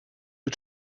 you